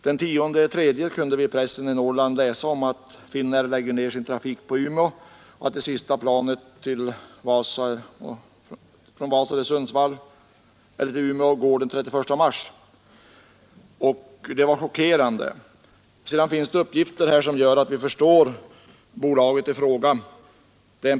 Den 10 mars kunde vi i pressen i Norrland läsa att Finnair lägger ned sin trafik på Umeå och att sista planet från Vasa till Umeå går den 31 mars. Det var en chockerande upplysning. Det finns uppgifter redovisade som gör att vi förstår bolaget i frågan.